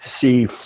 see